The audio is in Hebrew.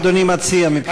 מה אדוני מציע מבחינת ההצעה?